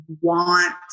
want